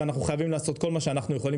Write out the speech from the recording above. ואנחנו חייבים לעשות כל מה שאנחנו יכולים